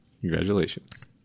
Congratulations